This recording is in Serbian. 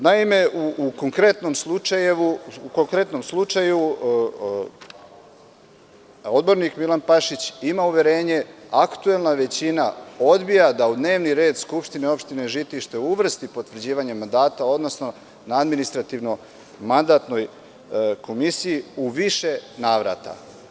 Naime, u konkretnom slučaju, odbornik Milan Pašić ima uverenje, aktuelna većina odbija da u dnevni red Skupštine opštine Žitište uvrsti potvrđivanje mandata, odnosno na Administrativno-mandatnoj komisiji u više navrata.